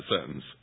sentence